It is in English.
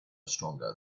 stronger